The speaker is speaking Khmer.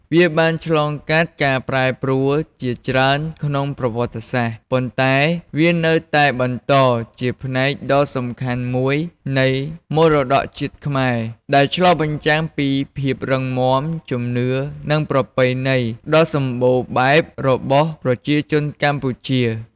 វាបានឆ្លងកាត់ការប្រែប្រួលជាច្រើនក្នុងប្រវត្តិសាស្ត្រ ប៉ុន្តែវានៅតែបន្តជាផ្នែកដ៏សំខាន់មួយនៃមរតកជាតិខ្មែរ ដែលឆ្លុះបញ្ចាំងពីភាពរឹងមាំ ជំនឿ និងប្រពៃណីដ៏សម្បូរបែបរបស់ប្រជាជនកម្ពុជា។